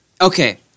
Okay